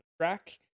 track